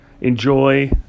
enjoy